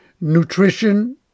nutrition